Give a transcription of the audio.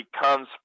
becomes